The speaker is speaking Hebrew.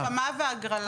הרשמה והגרלה.